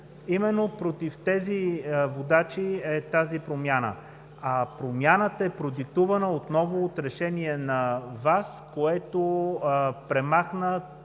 именно против тези водачи е промяната. А тя е продиктувана отново от решение на ВАС, което премахна